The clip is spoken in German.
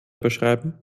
beschreiben